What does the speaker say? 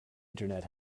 internet